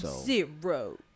Zero